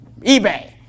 eBay